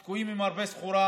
הם תקועים עם הרבה סחורה,